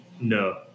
No